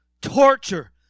torture